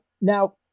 Now